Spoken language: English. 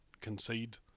concede